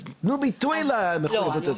אז תנו ביטוי למחויבות הזו.